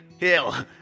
Hell